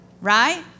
right